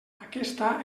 aquesta